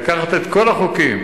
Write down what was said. את כל החוקים